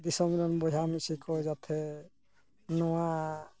ᱫᱤᱥᱚᱢ ᱨᱮᱱ ᱵᱚᱭᱦᱟ ᱢᱤᱥᱤ ᱠᱚ ᱡᱟᱛᱮ ᱱᱚᱣᱟ